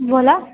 बोला